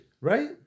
Right